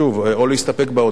להסתפק בהודעה,